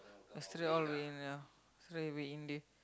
yesterday all rain ya yesterday a bit windy